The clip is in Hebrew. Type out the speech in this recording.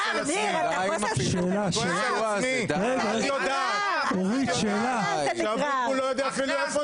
ניר, אתה --- הוא לא יודע אפילו איפה